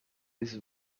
his